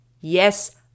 Yes